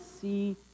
see